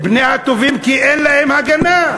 בני הטובים, כי אין להם הגנה.